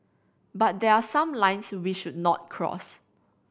but there are some lines we should not cross